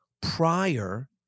prior